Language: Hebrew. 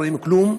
לא ראינו כלום.